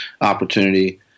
opportunity –